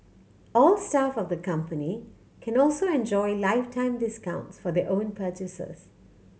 all staff of the company can also enjoy lifetime discounts for their own purchases